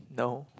no